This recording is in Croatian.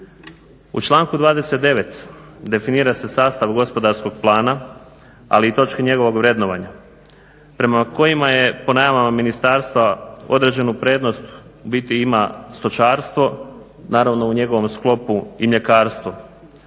U članku 29. definira se sastav gospodarskog plana, ali i točki njegovog vrednovanja. Prema kojima je po najavama ministarstva određenu prednost ubiti ima stočarstvo, naravno u njegovom sklopu i mljekarstvo.